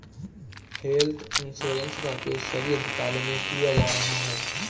health insurance का उपयोग सभी अस्पतालों में किया जा रहा है